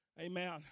amen